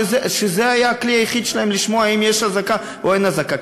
וזה היה הכלי היחיד שלהם לשמוע אם יש אזעקה או אין אזעקה.